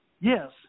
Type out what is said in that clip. Yes